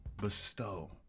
bestow